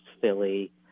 Philly